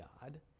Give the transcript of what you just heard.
God